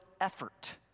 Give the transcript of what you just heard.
effort